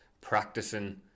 practicing